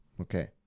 okay